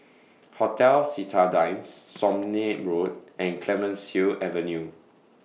Hotel Citadines Somme Road and Clemenceau Avenue